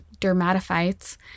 dermatophytes